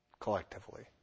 collectively